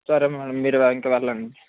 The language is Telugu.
సరే మ్యాడం మీరు ఇంక వెళ్ళండి